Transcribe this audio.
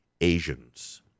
Asians